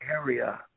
area